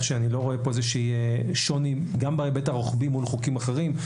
אני לא רואה כאן איזשהו שוני גם בהיבט הרוחבי מול חוקים אחרים,